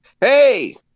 Hey